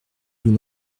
vous